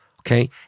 okay